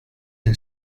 and